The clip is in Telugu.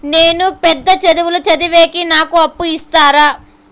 నేను పెద్ద చదువులు చదివేకి నాకు అప్పు ఇస్తారా